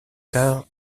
tard